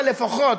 הבה לפחות,